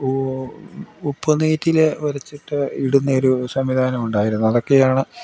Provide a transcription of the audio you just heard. ഉപ്പ് നീറ്റിലരച്ചിട്ട് ഇടുന്നൊരു സംവിധാനം ഉണ്ടായിരുന്നു അതൊക്കെയാണ്